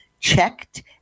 checked